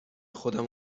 خودم